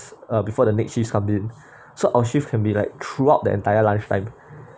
uh before the next shifts come in so our shift can be like throughout the entire lunch time